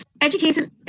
education